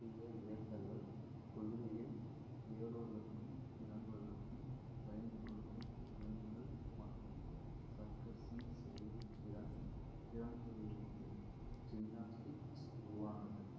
பண்டைய கிரேக்கர்கள் குதிரையில் ஏறுவதற்கும் இறங்குவதற்கும் பயன்படுத்தும் திறன்கள் மற்றும் சர்க்கஸின் செயல்திறன் திறன்களிலிருந்து ஜிம்னாஸ்டிக்ஸ் உருவானது